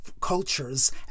cultures